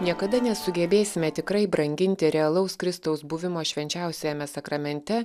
niekada nesugebėsime tikrai branginti realaus kristaus buvimo švenčiausiajame sakramente